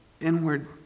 inward